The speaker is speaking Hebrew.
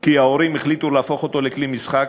כי ההורים החליטו להפוך אותו לכלי משחק,